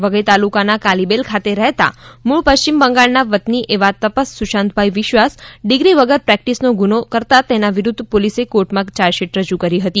વઘઈ તાલુકાના કાલીબેલ ખાતે રહેતા મૂળ પશ્ચિમ બંગાળના વતની એવા તપસ સુશાંતભાઈ વિશ્વાસ ડિગ્રી વગર પ્રેક્ટિસનો ગુનો તેના વિરુદ્ધ પોલીસે કોર્ટમાં ચાર્જશીટ રજૂ કરી હતી